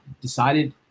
decided